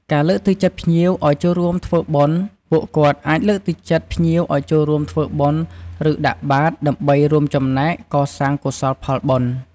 ការចាត់ចែងអីវ៉ាន់ បើសិនជាភ្ញៀវមានអីវ៉ាន់ច្រើន ពួកគាត់អាចជួយចាត់ចែង ឬរក្សាទុកឲ្យបានត្រឹមត្រូវ។